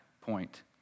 point